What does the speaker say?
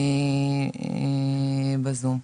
בזום,